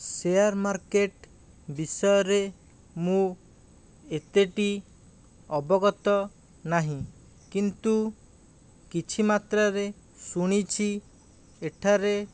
share market ବିଷୟରେ ମୁଁ ଏତେଟି ଅବଗତ ନାହିଁ କିନ୍ତୁ କିଛି ମାତ୍ରାରେ ଶୁଣିଛି ଏଠାରେ